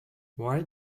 why